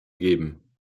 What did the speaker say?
geben